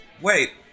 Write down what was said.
Wait